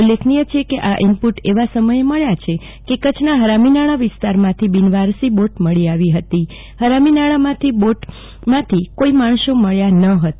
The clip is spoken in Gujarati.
ઉલ્લેખનીય છે કે આ ઈનપુટ એવા સમયે આવ્યા છે કે કચ્છના હરામીનાળા વિસ્તારમાંથી બિનવારસી બોટ મળી આવી હતી હરામીનાળામાંથી બોટમાંથી કોઈ માણસો મળ્યા ન હતા